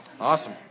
Awesome